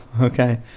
okay